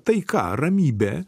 taika ramybė